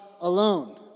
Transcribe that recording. alone